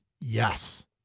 yes